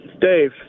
Dave